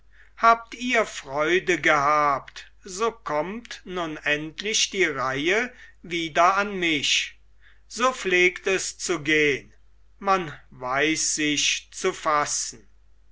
habt ihr freude gehabt so kommt nun endlich die reihe wieder an mich so pflegt es zu gehn man weiß sich zu fassen